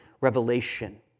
revelation